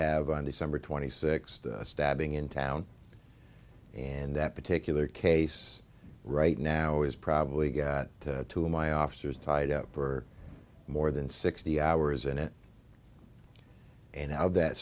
have on december twenty sixth stabbing in town and that particular case right now is probably get to my officers tied up for more than sixty hours in it and now that